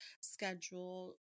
schedule